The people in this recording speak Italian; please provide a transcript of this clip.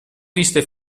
viste